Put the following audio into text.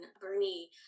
Bernie